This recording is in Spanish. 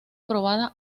probada